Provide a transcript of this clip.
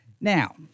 Now